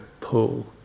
pull